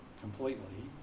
completely